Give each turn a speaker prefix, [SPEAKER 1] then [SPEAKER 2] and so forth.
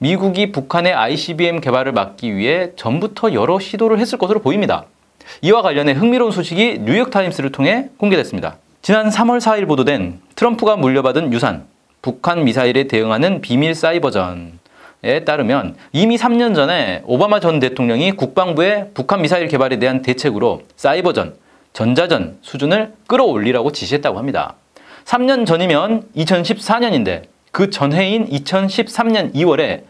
[SPEAKER 1] 미국이 북한의 ICBM 개발을 막기 위해 전부터 여러 시도를 했을 것으로 보입니다. 이와 관련해 흥미로운 소식이 뉴욕타임스를 통해 공개됐습니다. 지난 3월 4일 보도된 트럼프가 물려받은 유산, 북한 미사일에 대응하는 비밀 사이버전에 따르면 이미 삼 년 전에 오바마 전 대통령이 국방부에 북한 미사일 개발에 대한 대책으로 사이버전, 전자전 수준을 끌어올리라고 지시했다고 합니다. 삼 년 전이면 2014년인데 그 전해인 2013년 2월에